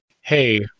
hey